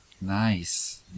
Nice